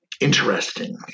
interesting